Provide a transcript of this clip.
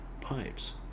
pipes